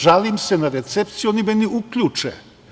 Žalim se na recepciju, oni mi uključe.